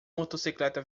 motocicleta